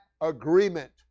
agreement